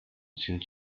sind